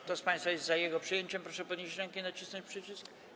Kto z państwa jest za jego przyjęciem, proszę podnieść rękę i nacisnąć przycisk.